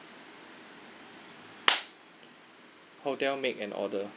hotel make an order